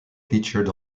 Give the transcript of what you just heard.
featured